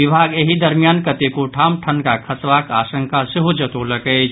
विभाग एहि दरमियान कतेको ठाम ठनका खसबाक आशंका सेहो जतौलक अछि